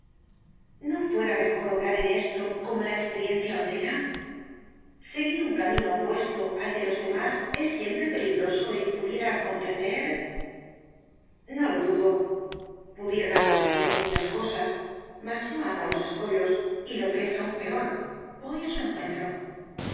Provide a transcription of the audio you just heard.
no fuera mejor obrar en esto como la experiencia ordena seguir un camino opuesto al de los demás es siempre peligroso y pudiera acontecer no lo dudo pudieran acontecer muchas cosas mas yo amo los escollos y lo que es aún peor voy á su encuentro